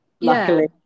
luckily